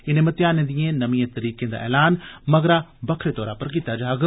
इनें म्तेयानें दिए नमिए तरीकें दा ऐलान मगरा बक्खरे तौरा पर कीता जाग